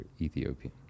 Ethiopian